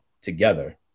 together